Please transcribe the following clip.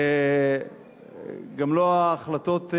גם לא ההחלטות,